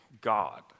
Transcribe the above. God